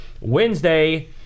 Wednesday